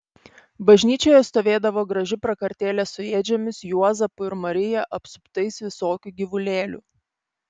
bažnyčioje stovėdavo graži prakartėlė su ėdžiomis juozapu ir marija apsuptais visokių gyvulėlių